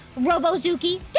Robozuki